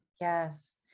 Yes